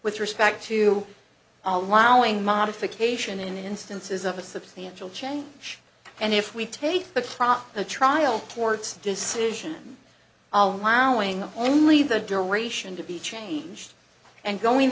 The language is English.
with respect to allowing modification in instances of a substantial change and if we take the prop the trial court's decision allowing only the duration to be changed and going